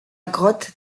grotte